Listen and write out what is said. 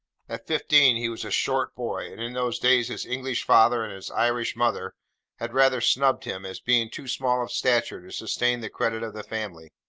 at fifteen he was a short boy, and in those days his english father and his irish mother had rather snubbed him, as being too small of stature to sustain the credit of the family.